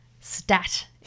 stat